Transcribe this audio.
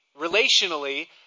relationally